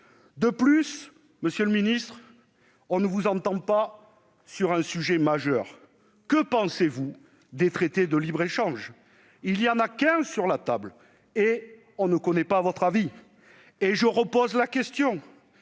ailleurs, monsieur le ministre, on ne vous entend pas sur un sujet majeur : que pensez-vous des traités de libre-échange ? Il y en a quinze sur la table et on ne connaît pas votre avis ! C'est pourquoi